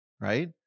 right